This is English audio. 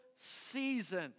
season